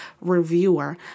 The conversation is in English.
reviewer